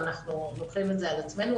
ואנחנו לוקחים את זה על עצמנו.